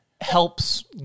helps